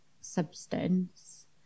substance